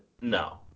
No